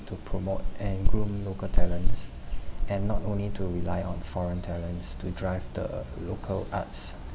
to promote and groom local talents and not only to rely on foreign talents to drive the local arts